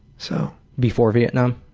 so before vietnam?